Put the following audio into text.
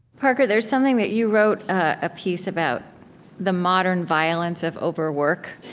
parker, there's something that you wrote, a piece about the modern violence of overwork,